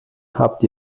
habt